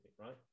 right